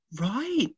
Right